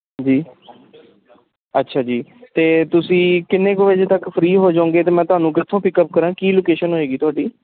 ਜੀ ਅੱਛਾ ਜੀ ਅਤੇ ਤੁਸੀਂ ਕਿੰਨੇ ਕੁ ਵਜੇ ਤੱਕ ਫ੍ਰੀ ਹੋ ਜਾਓਗੇ ਅਤੇ ਮੈਂ ਤੁਹਾਨੂੰ ਕਿੱਥੋਂ ਪਿਕਅਪ ਕਰਾਂ ਕੀ ਲੋਕੇਸ਼ਨ ਹੋਏਗੀ ਤੁਹਾਡੀ